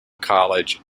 college